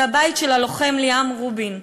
זה הבית של הלוחם ליאם רובין,